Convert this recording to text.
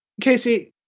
Casey